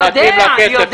אני יודע.